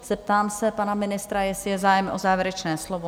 Zeptám se pana ministra, jestli je zájem o závěrečné slovo?